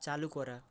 চালু করা